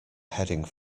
heading